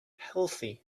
healthy